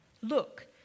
look